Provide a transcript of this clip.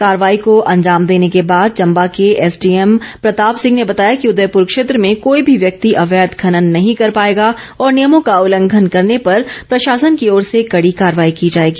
कार्रवाई को अंजाम देने के बाद चम्बा के एसडीएम प्रताप सिंह ने बताया कि उदयपुर क्षेत्र में कोई भी व्यक्ति अवैध खनन नहीं कर पाएगा और नियमों का उल्लघंन करने पर प्रशासन की ओर से कड़ी कार्रवाई की जाएगी